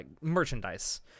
merchandise